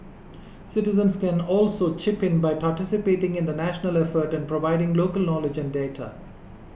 citizens can also chip in by participating in the national effort and providing local knowledge and data